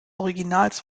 originals